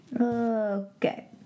Okay